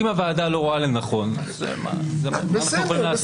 אם הוועדה לא רואה לנכון, מה אני יכול לעשות?